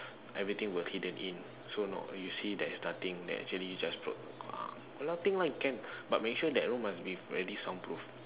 everything will hidden in so not you see there is nothing there actually just a lot of thing lah can but make sure that room must be really soundproof